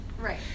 Right